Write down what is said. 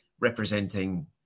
representing